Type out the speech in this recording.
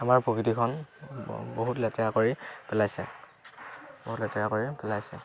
আমাৰ প্ৰকৃতিখন বহুত লেতেৰা কৰি পেলাইছে বহুত লেতেৰা কৰি পেলাইছে